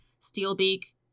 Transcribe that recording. Steelbeak